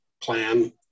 Plan